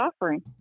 offering